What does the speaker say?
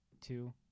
two